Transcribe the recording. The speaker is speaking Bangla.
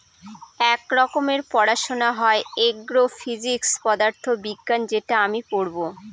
এক রকমের পড়াশোনা হয় এগ্রো ফিজিক্স পদার্থ বিজ্ঞান যেটা আমি পড়বো